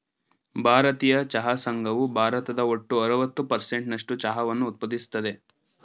ಭಾರತೀಯ ಚಹಾ ಸಂಘವು ಭಾರತದ ಒಟ್ಟು ಅರವತ್ತು ಪರ್ಸೆಂಟ್ ನಸ್ಟು ಚಹಾವನ್ನ ಉತ್ಪಾದಿಸ್ತದೆ